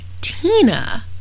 tina